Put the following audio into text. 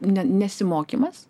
ne nesimokymas